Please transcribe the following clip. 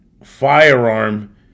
firearm